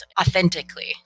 authentically